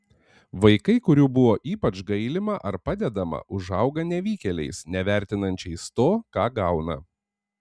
vaikai kurių buvo ypač gailima ar padedama užauga nevykėliais nevertinančiais to ką gauna